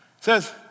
says